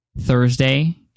Thursday